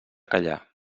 callar